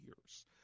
years